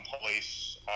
police